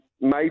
made